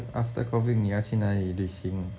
after after COVID 你要去哪里旅行